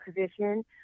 position